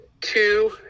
two